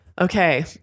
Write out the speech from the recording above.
Okay